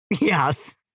Yes